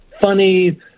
funny